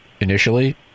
initially